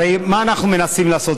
הרי מה אנחנו מנסים לעשות?